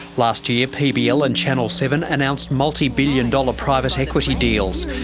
last year pbl and channel seven announced multibillion-dollar private equity deals.